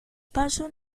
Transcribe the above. paso